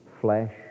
flesh